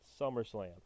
SummerSlam